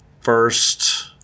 first